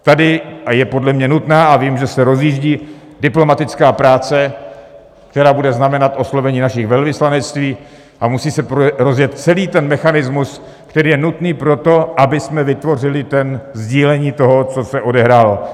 Tady je podle mě nutná a vím, že se rozjíždí diplomatická práce, která bude znamenat oslovení našich velvyslanectví, a musí se rozjet celý ten mechanismus, který je nutný pro to, abychom vytvořili sdílení toho, co se odehrálo.